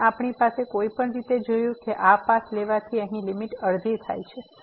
અને આપણી પાસે કોઈપણ રીતે જોયું કે આ પાથ લેવાથી અહીં લીમીટ અડધી છે